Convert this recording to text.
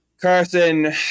Carson